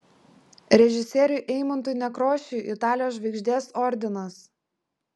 režisieriui eimuntui nekrošiui italijos žvaigždės ordinas